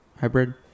hybrid